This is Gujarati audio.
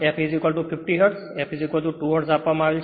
f 50 હર્ટ્ઝ f 2 હર્ટ્ઝ આપવામાં આવે છે